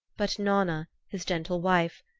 but nanna, his gentle wife,